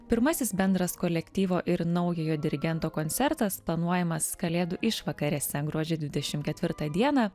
pirmasis bendras kolektyvo ir naujojo dirigento koncertas planuojamas kalėdų išvakarėse gruodžio dvidešim ketvirtą dieną